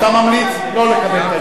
אתה ממליץ לא לקבל את ההסתייגות.